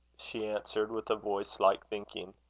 she answered, with a voice like thinking,